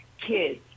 kids